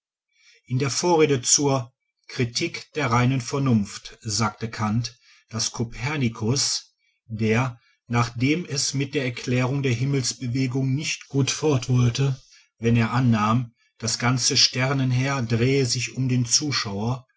in der vorrede zur kritik der reinen vernunft sagt kant daß kopernikus der nachdem es mit der erklärung der himmelsbewegung nicht gut fort wollte wenn er annahm das ganze sternenheer drehe sich um den zuschauer